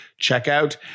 checkout